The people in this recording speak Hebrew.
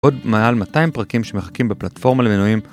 עוד מעל 200 פרקים שמחכים בפלטפורמה למינויים